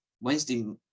Wednesday